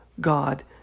God